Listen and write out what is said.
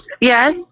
yes